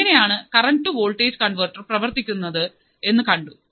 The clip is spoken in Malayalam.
എങ്ങനെയാണ് കറൻറ് ടു വോൾട്ടേജ് കൺവെർട്ടർ പ്രവർത്തിക്കുന്നതെന്ന് കണ്ടു